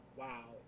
wow